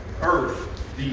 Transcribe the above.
earth